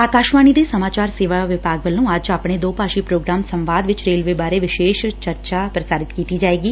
ਆਕਾਸ਼ਵਾਣੀ ਦੇ ਸਮਾਚਾਰ ਸੇਵਾ ਵਿਭਾਗ ਵੱਲੋਂ ਅੱਜ ਆਪਣੇ ਦੋ ਭਾਸ਼ੀ ਪ੍ਰੋਗਰਾਮ ਸੰਵਾਦ ਵਿਚ ਰੇਲਵੇ ਬਾਰੇ ਵਿਸ਼ੇਸ਼ ਵਿਚਾਰ ਚਰਚਾ ਪ੍ਰਸਾਰਿਤ ਕੀਤੀ ਜਾਏਗੀ